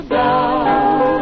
down